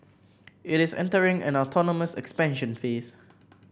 it is entering an autonomous expansion phase